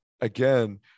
again